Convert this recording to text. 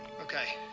Okay